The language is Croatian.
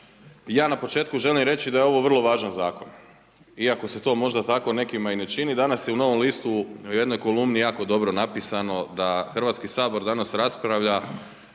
Ja na početku želim reći da je ovo vrlo važan zakon iako se to možda tako nekima i ne čini, danas je u Novom listu u jednoj kolumni jako dobro napisano da Hrvatski sabor danas raspravlja